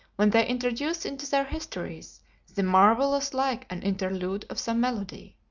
when they introduce into their histories the marvellous like an interlude of some melody.